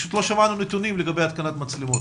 פשוט לא שמענו נתונים לגבי התקנת מצלמות.